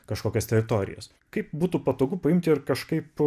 kažkokias teritorijas kaip būtų patogu paimti ir kažkaip